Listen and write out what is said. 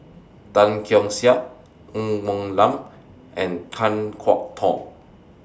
Tan Keong Saik Ng Woon Lam and Kan Kwok Toh